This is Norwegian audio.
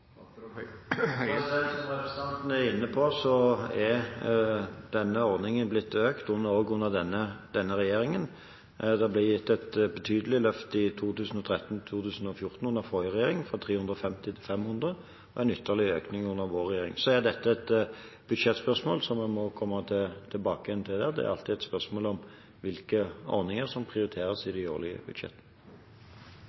Som representanten er inne på, er denne ordningen blitt økt også under denne regjeringen. Det ble gitt et betydelig løft i 2013–2014 under den forrige regjering, fra 350 til 500 kr, og en ytterligere økning under vår regjering. Så er dette et budsjettspørsmål som man må komme tilbake igjen til. Det er alltid et spørsmål hvilke ordninger som prioriteres i de årlige